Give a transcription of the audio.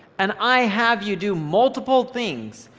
and i have you do multiple things,